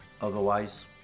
Otherwise